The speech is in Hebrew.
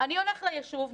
אני הולך ליישוב,